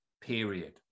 period